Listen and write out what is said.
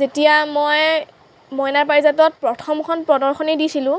যেতিয়া মই মইনা পাৰিজাতত প্ৰথমখন প্ৰদৰ্শনী দিছিলোঁ